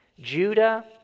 Judah